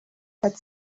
had